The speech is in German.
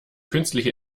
künstliche